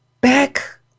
Back